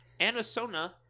anasona